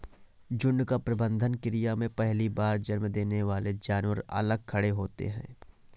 झुंड का प्रबंधन क्रिया में पहली बार जन्म देने वाले जानवर अलग खड़े होते हैं